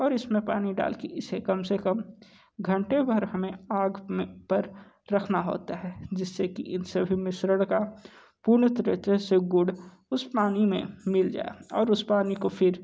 और इस में पानी डाल की इस कम से कम घंटे भर हमें आग मे पर रखना होता है जिस से कि इन सभी मिश्रण का पूर्ण तरीके से गुण उस पानी में मिल जाय और उस पानी को फिर